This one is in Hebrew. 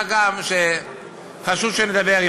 מה גם שחשוב שנדבר.